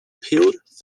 peeled